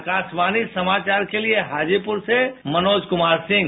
आकाशवाणी समाचार के लिए हाजीपुर से मनोज कुमार सिंह